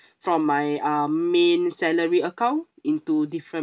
from my um main salary account into different